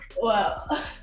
Wow